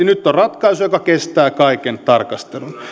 nyt on ratkaisu joka kestää kaiken tarkastelun